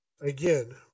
again